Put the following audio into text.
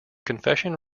confession